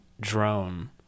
drone